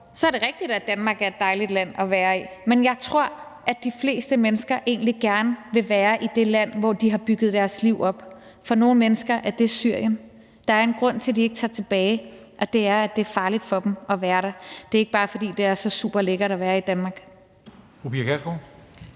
er det rigtigt, at Danmark er et dejligt at være i. Men jeg tror, at de fleste mennesker egentlig gerne vil være i det land, hvor de har bygget deres liv op. For nogle mennesker er det Syrien. Der er en grund til, at de ikke tager tilbage, og det er, at det er farligt for dem at være der. Det er ikke bare, fordi det er så super lækkert at være i Danmark.